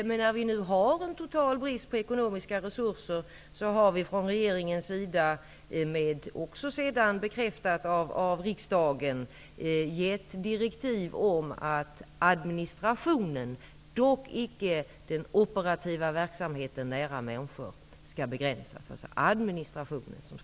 I denna tid av brist på ekonomiska resurser har vi från regeringens sida, bekräftat av riksdagen, gett direktiv om att administrationen -- dock icke den operativa verksamheten nära människorna-- skall begränsas.